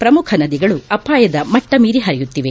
ಪ್ರಮುಖ ನದಿಗಳು ಅಪಾಯದ ಮಟ್ಟ ಮೀರಿ ಹರಿಯುತ್ತಿದೆ